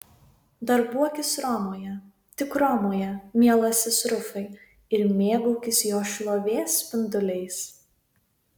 darbuokis romoje tik romoje mielasis rufai ir mėgaukis jos šlovės spinduliais